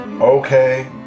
Okay